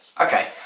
Okay